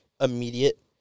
immediate